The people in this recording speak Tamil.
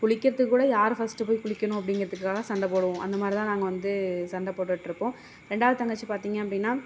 குளிக்கிறதுக்கு கூட யார் ஃபஸ்ட்டு போய் குளிக்கணும் அப்படிங்கிறதுக்காக சண்டை போடுவோம் அந்த மாதிரி தான் நாங்கள் வந்து சண்டை போட்டுகிட்ருப்போம் ரெண்டாவது தங்கச்சி பார்த்தீங்க அப்படினா